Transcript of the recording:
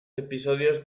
episodios